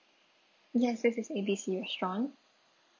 yes this is A B C restaurant